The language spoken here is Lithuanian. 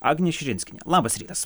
agnė širinskienė labas rytas